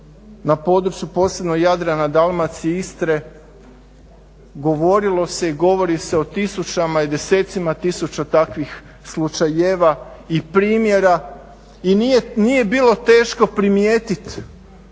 na području posebno Jadrana, Dalmacije, Istre govorilo se i govori se o tisućama i desecima tisuća takvih slučajeva i primjera i nije bilo teško primijetit